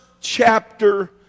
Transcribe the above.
chapter